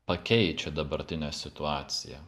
pakeičia dabartinę situaciją